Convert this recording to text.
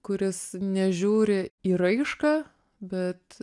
kuris nežiūri į raišką bet